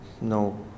No